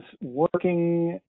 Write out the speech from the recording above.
working